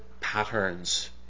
patterns